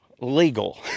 legal